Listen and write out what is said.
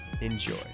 Enjoy